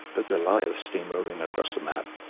but goliath steamrolling across the map